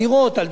על דיור.